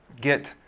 get